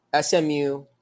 SMU